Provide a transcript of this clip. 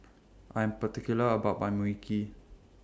I Am particular about My Mui Kee